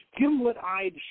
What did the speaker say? gimlet-eyed